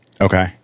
Okay